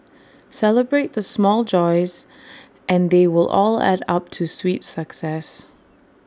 celebrate the small joys and they will all add up to sweet success